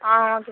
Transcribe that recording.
ஆ okay